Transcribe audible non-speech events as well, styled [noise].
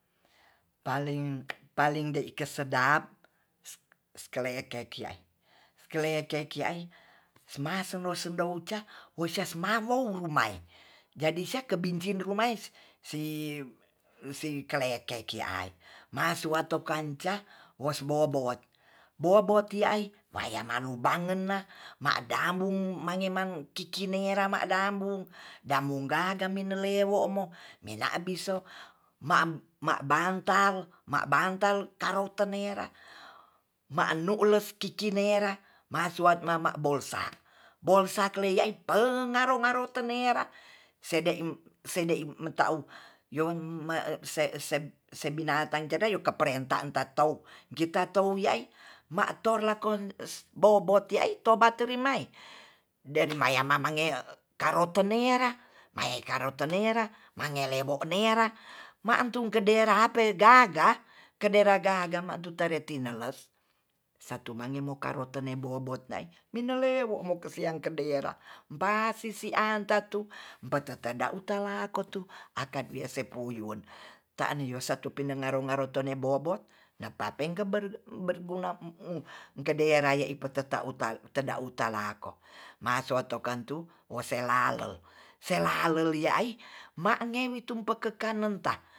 Paling dei kesedap skelekekiai, skelekekiai mema sudou-sendou cah wocas mamou rumae, jadi sya kebinjin rumaes si si kalekei ki'ai maso wanto kanca bos bobot. bobot ti'ai maya malumbangenlah ma' dabung mnagemang kiki ne rama rabung. dambung gagai minelewomo menabiso ma mabangtal. mabangtal karou tenerah ma'nules kiki nera masuat mamabolsa, bolsa kleiyei pengaro ngaro tenera se'de se'de meta'u youn [hesitation] se binatang cedeyu kape re'en tanta tou kinta tou yai ma to lakon bobot ti aikoma trimae den maya mamange karoto merah mae karoto nerah mangele mo nera ma tu nedera ape gaga. kedera gaga ma'tu tare tineles satu mangemo karoten'ne bobot nai, minelei wo mo kasiang kedera pasisian ta tu patete dautala kotu akan wise puyun tane satu pinengaro-ngaro tone bobot napapengkem ber-bergun [hesitation] kedera ye'i peteta uta teda utalako, masotokan tu wose lalol, selalol liaih mange tu pepekanon ta